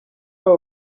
abo